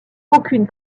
aucune